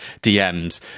DMs